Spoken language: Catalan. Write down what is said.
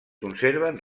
conserven